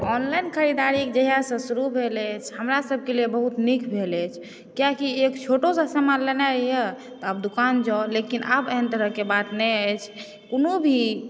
online खरीदारी जहियासँ शुरू भेल अछि हमरा सभके लिए बहुत नीक भेल अछि किएकि एक छोटो सा समान लेनाइ यऽ तऽ आब दोकान जाउ लेकिन आब एहन तरहके बात नहि अछि कोनो भी